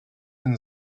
and